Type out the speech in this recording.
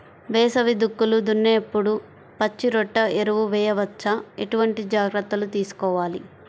వేసవి దుక్కులు దున్నేప్పుడు పచ్చిరొట్ట ఎరువు వేయవచ్చా? ఎటువంటి జాగ్రత్తలు తీసుకోవాలి?